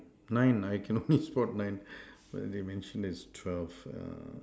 nine I can only spot nine but they mentioned is twelve err